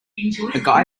guy